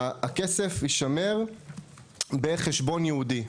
הכסף יישמר בחשבון ייעודי.